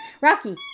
Rocky